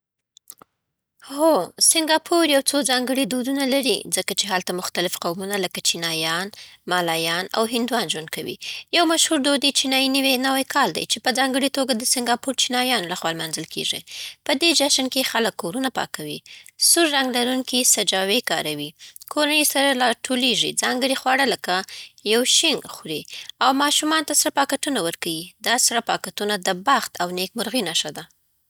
هو، سنګاپور یو څو ځانګړي دودونه لري، ځکه چې هلته مختلف قومونه لکه چینایان، مالایان، او هندوان ژوند کوي. یو مشهور دود یې چینايي نوی کال دی، چې په ځانګړې توګه د سنګاپوري چینایانو لخوا لمانځل کېږي. په دې جشن کې خلک کورونه پاکوي، سور رنګ لرونکي سجاوۍ کاروي، کورنۍ سره راټولیږي، ځانګړي خواړه لکه یو شینګ خوري، او ماشومان ته سره پاکټونه ورکوي. دا سره پاکټونه د بخت او نېکمرغۍ نښه ده.